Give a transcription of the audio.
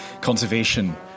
conservation